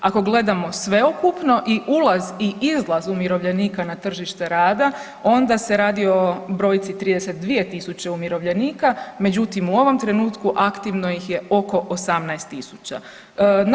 Ako gledamo sveukupno i ulaz i izlaz umirovljenika na tržište rada onda se radi o brojci 32.000 umirovljenika međutim u ovom trenutku aktivno ih je oko 18.000.